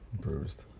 Bruised